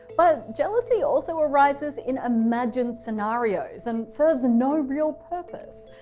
but jealousy also arises in imagined scenarios and serves and no real purpose.